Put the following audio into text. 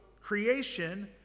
creation